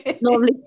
normally